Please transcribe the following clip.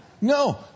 No